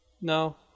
No